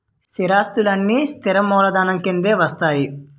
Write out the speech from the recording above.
స్థిరాస్తులన్నీ స్థిర మూలధనం కిందే వస్తాయి